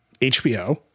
HBO